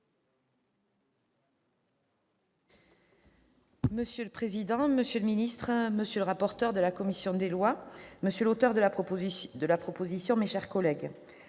Monsieur le président, monsieur le ministre, monsieur le rapporteur de la commission des lois, monsieur l'auteur de la proposition de loi, mes chers collègues,